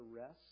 rest